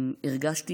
הרגשתי